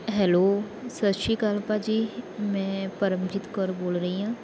hello Sat Sri Akal ਭਾਅ ਜੀ ਮੈਂ ਪਰਮਜੀਤ ਕੌਰ ਬੋਲ ਰਹੀ ਹਾਂ